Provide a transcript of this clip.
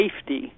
safety